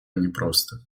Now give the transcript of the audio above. непросто